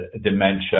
dementia